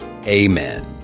Amen